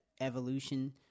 evolution